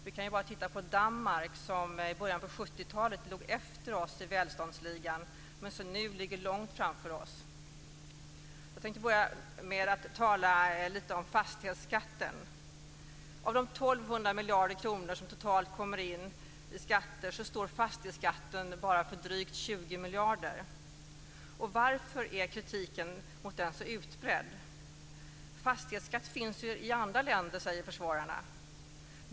Vi kan ju bara titta på Danmark, som i början på 70-talet låg efter Sverige i välståndsligan men som nu ligger långt framför. Jag tänkte börja med att tala lite om fastighetsskatten. Av de 1 200 miljarder kronor som totalt kommer in i skatter står fastighetsskatten bara för drygt 20 miljarder. Varför är då kritiken mot den så utbredd? Fastighetsskatt finns ju i andra länder, säger försvararna.